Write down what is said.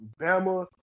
Bama